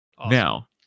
Now